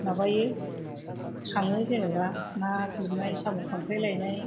माबायाव खाङो जेन'बा ना गुरनाय साम' खांख्राय लायनाय